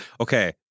okay